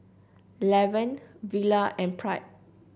Lavern Villa and Pratt